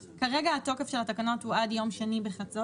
כרגע התוקף של התקנות הוא עד יום יום שני בחצות,